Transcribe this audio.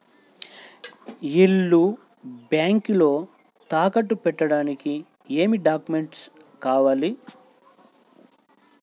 ఇల్లు బ్యాంకులో తాకట్టు పెట్టడానికి ఏమి డాక్యూమెంట్స్ కావాలి?